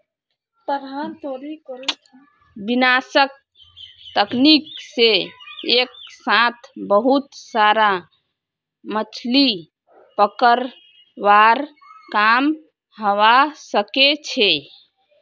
विनाशक तकनीक से एक साथ बहुत सारा मछलि पकड़वार काम हवा सके छे